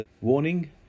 warning